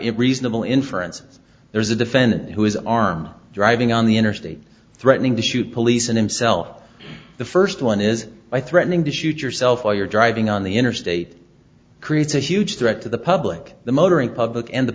it reasonable inference there is a defendant who is armed driving on the interstate threatening to shoot police and himself the first one is by threatening to shoot yourself while you're driving on the interstate creates a huge threat to the public the motoring public and the